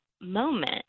moment